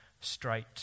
straight